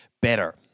better